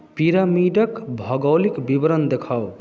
पिरामिडक भौगोलिक विवरण देखाउ